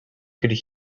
could